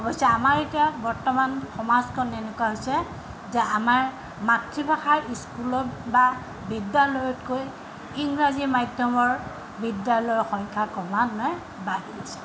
অৱশ্যে আমাৰ এতিয়া বৰ্তমান সমাজখন এনেকুৱা হৈছে যে আমাৰ মাতৃভাষাৰ স্কুলত বা বিদ্যালয়তকৈ ইংৰাজী মাধ্যমৰ বিদ্যালয়ৰ সংখ্যা ক্ৰমান্বয়ে বাঢ়ি গৈছে